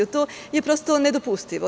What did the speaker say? To je prosto nedopustivo.